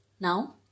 Now